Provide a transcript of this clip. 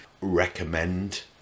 recommend